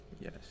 Yes